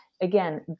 again